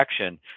action